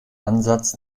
ansatz